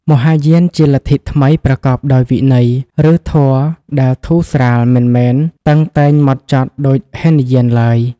មហាយានជាលទ្ធិថ្មីប្រកបដោយវិន័យ ឬ ធម៌ដែលធូរស្រាល មិនមែន តឹងតែងហ្មត់ចត់ដូចហីនយានឡើយ។